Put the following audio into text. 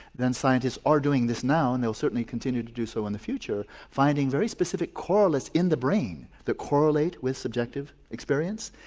then scientists are doing this now and they will certainly continue to do so in the future finding very specific correlates in the brain that correlate with subjective experience.